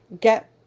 get